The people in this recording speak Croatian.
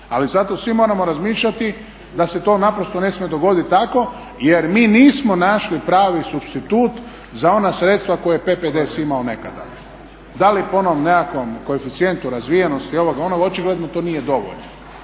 Ali zato svi moramo razmišljati da se to naprosto ne smije dogoditi tako jer mi nismo našli pravi supstitut za ona sredstva koja je PPDS imao nekada. Da li po onom nekakvom koeficijentu razvijenosti ovoga, onoga, očigledno to nije dovoljno.